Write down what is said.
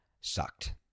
sucked